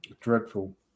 Dreadful